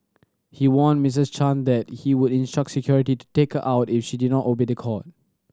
he warned Missus Chan that he would instruct security to take her out if she did not obey the court